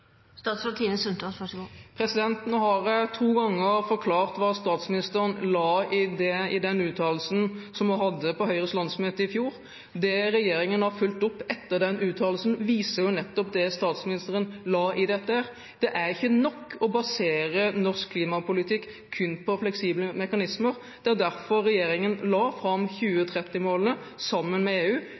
Nå har jeg to ganger forklart hva statsministeren la i den uttalelsen hun hadde på Høyres landsmøte i fjor. Det som regjeringen har fulgt opp etter den uttalelsen, viser nettopp hva statsministeren la i dette: Det er ikke nok å basere norsk klimapolitikk kun på fleksible mekanismer. Det er derfor regjeringen la fram 2030-målene, sammen med EU,